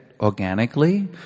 organically